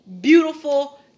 beautiful